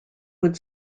would